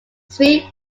sphere